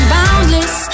Boundless